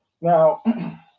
Now